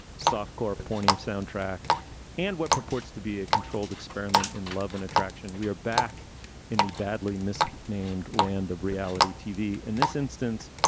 soft-core pointif soundtrack and what purports to be a controlled experiment in love and attraction. we are back in the badly misnamed named land of reality tv. in this instance,